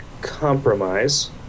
compromise